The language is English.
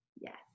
Yes